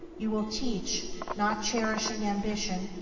you will teach not cherishing ambition,